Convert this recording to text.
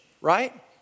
right